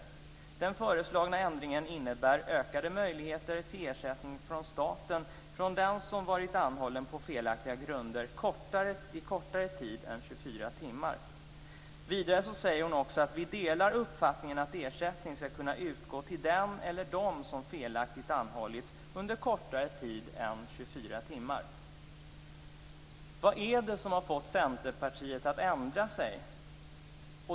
Den föreslagna ändringen innebär ökade möjligheter till ersättning från staten för den som varit anhållen på felaktiga grunder kortare tid än 24 timmar." Vidare säger hon: "Vi delar uppfattningen att ersättning skall kunna utgå till den eller dem som felaktigt anhållits under kortare tid än 24 timmar." Vad är det som har fått Centerpartiet att ändra sig?